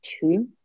two